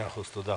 תודה.